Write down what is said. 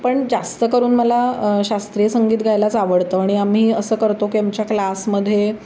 पण जास्त करून मला शास्त्रीय संगीत गायलाच आवडतं आणि आम्ही असं करतो की आमच्या क्लासमध्ये